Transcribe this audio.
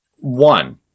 One